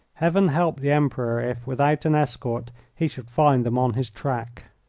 heaven help the emperor if, without an escort, he should find them on his track!